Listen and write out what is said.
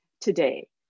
today